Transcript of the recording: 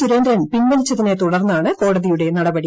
സുരേന്ദ്രൻ പിൻവലിച്ചതിനെ തുടർന്നാണ് കോടതിയുടെ നടപടി